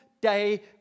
day